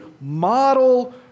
model